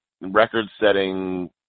record-setting